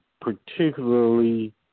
particularly